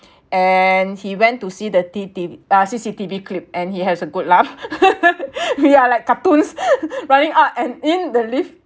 and he went to see the T_T_V uh C_C_T_V clip and he has a good laugh we are like cartoons running out and in the lift